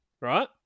right